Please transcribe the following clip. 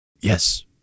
Yes